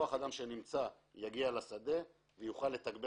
אז הכוח אדם שנמצא יגיע לשדה ויוכל לתגבר